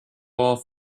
all